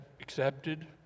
accepted